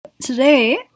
Today